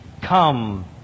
Come